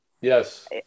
Yes